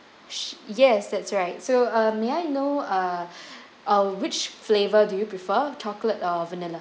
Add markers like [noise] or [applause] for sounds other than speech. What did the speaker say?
[noise] yes that's right so uh may I know uh uh which flavour do you prefer chocolate or vanilla